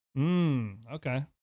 okay